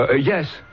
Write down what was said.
yes